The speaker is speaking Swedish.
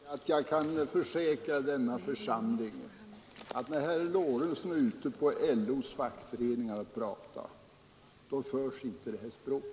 Fru talman! Jag kan försäkra denna församling, att när herr Lorentzon är ute hos LO:s folk och pratar används inte detta språk.